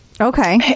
Okay